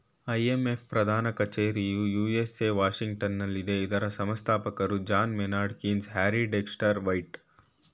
IMF ಪ್ರಧಾನ ಕಚೇರಿಯು USA ವಾಷಿಂಗ್ಟನಲ್ಲಿದೆ ಇದರ ಸಂಸ್ಥಾಪಕರು John Maynard Keynes, Harry Dexter white